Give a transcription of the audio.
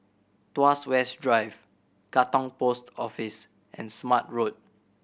Tuas West Drive Katong Post Office and Smart Road